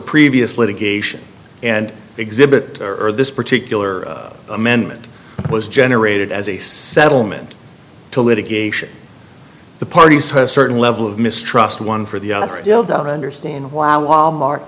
previous litigation and exhibit or this particular amendment was generated as a settlement to litigation the parties certain level of mistrust one for the other still don't understand why wal mart